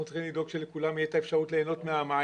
אנחנו צריכים לדאוג שלכולם תהיה האפשרות ליהנות מהמים